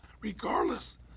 regardless